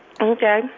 Okay